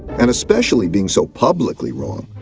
and especially being so publicly wrong,